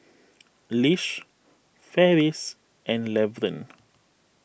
Lish Ferris and Levern